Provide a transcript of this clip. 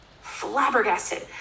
flabbergasted